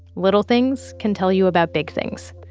little things can tell you about big things.